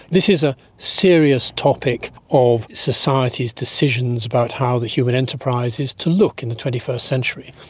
this is a serious topic of society's decisions about how the human enterprise is to look in the twenty first century,